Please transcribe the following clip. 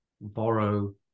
borrow